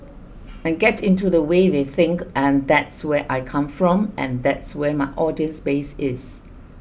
and get into the way they think and that's where I come from and that's where my audience base is